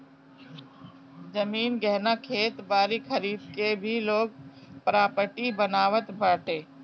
जमीन, गहना, खेत बारी खरीद के भी लोग प्रापर्टी बनावत बाटे